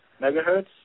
megahertz